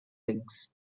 rings